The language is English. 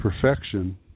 perfection